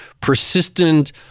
persistent